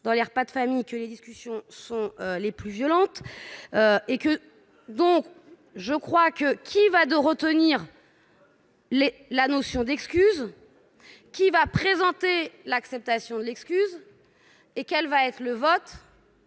dans les repas de famille que les discussions sont les plus violentes et que donc je crois que, qui va de retenir. Le la notion d'excuses qui va présenter l'acceptation de l'excuse et quel va être le vote.